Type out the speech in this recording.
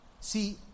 See